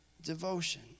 devotion